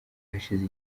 hashize